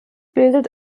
bildet